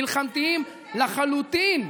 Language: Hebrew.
מלחמתיים לחלוטין.